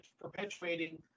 perpetuating